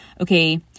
okay